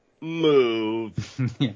move